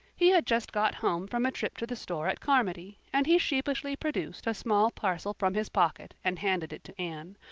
he had just got home from a trip to the store at carmody, and he sheepishly produced a small parcel from his pocket and handed it to anne,